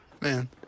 Man